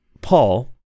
Paul